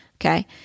Okay